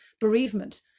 bereavement